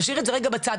נשאיר את זה רגע בצד,